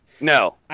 No